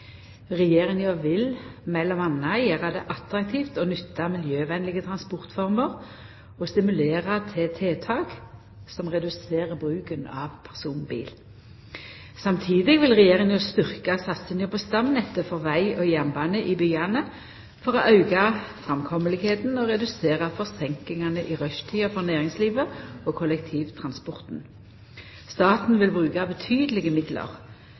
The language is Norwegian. Regjeringa vil m.a. gjera det attraktivt å nytta miljøvenlege transportformer og stimulera til tiltak som reduserer bruken av personbil. Samtidig vil Regjeringa styrkja satsinga på stamnettet for veg og jernbane i byane for å auka framkomsten og redusera forseinkingane i rushtida for næringslivet og kollektivtransporten. Staten vil bruka betydelege midlar